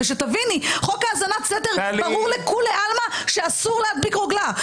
ושתביני שבחוק האזנת סתר ברור לכולי עלמא שאסור להדביק רוגלה,